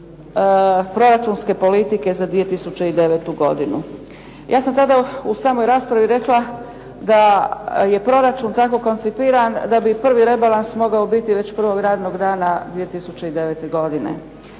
proračunske politike za 2009. godinu. Ja sam tada u samoj raspravi rekla da je proračun tako koncipiran da bi prvi rebalans mogao biti već prvog radnog dana 2009. godine.